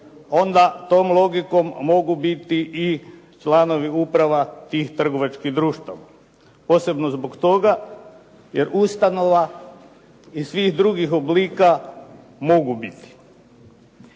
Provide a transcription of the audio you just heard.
onda tom logikom mogu biti i članovi uprava tih trgovačkih društava posebno zbog toga jer ustanova i svih drugih oblika mogu biti.